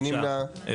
3 נמנעים,